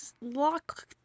lock